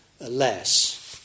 less